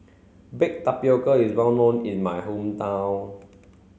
Baked Tapioca is well known in my hometown